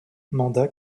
mandat